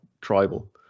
tribal